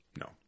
No